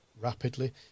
rapidly